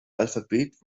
alphabet